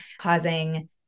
causing